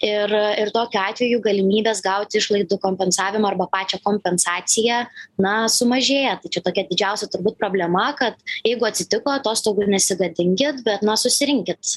ir ir tokiu atveju galimybės gauti išlaidų kompensavimą arba pačią kompensaciją na sumažėja tai čia tokia didžiausia turbūt problema kad jeigu atsitiko atostogų nesigadinkit bet na susirinkit